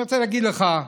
אני רוצה להגיד לך,